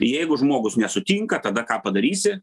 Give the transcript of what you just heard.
jeigu žmogus nesutinka tada ką padarysi